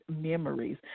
memories